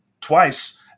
twice